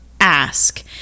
Ask